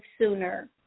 sooner